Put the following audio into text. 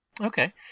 Okay